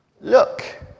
Look